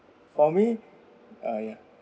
for me ah ya